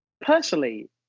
Personally